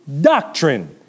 doctrine